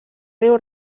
riu